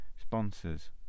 sponsors